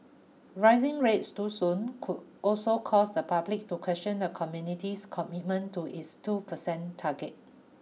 rising rates too soon could also cause the public to question the community's commitment to its two percent target